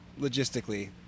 logistically